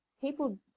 people